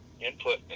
input